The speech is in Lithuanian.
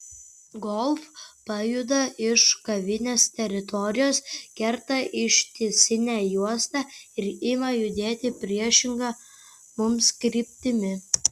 golf pajuda iš kavinės teritorijos kerta ištisinę juostą ir ima judėti priešinga mums kryptimi